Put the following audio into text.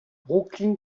brooklyn